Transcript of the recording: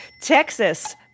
Texas